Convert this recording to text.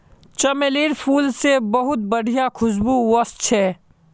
चमेलीर फूल से बहुत बढ़िया खुशबू वशछे